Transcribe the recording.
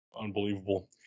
Unbelievable